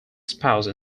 spouse